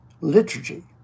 liturgy